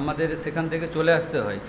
আমাদের সেখান থেকে চলে আসতে হয়